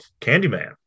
Candyman